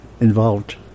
involved